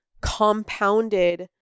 compounded